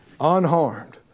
unharmed